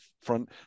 front